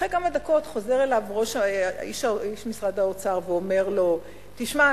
אחרי כמה דקות חוזר אליו איש משרד האוצר ואומר לו: תשמע,